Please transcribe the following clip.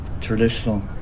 traditional